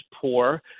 poor